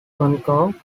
concur